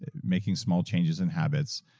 making small changes in habits,